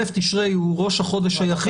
א' תשרי הוא ראש החודש היחיד